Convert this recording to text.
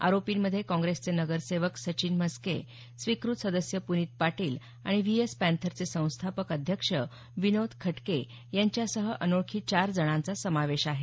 आरोपींमध्ये काँग्रेसचे नगरसेवक सचिन मस्के स्वीकृत सदस्य पूनीत पाटील आणि व्ही एस पँथरचे संस्थापक अध्यक्ष विनोद खटके यांच्यासह अनोळखी चार जणांचा समावेश आहे